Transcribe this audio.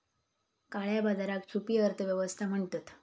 काळया बाजाराक छुपी अर्थ व्यवस्था म्हणतत